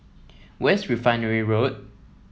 where is Refinery Road